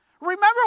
Remember